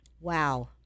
Wow